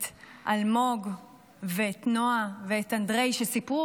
את אלמוג ואת נועה ואת אנדריי, שסיפרו